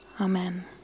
Amen